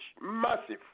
massive